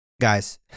guys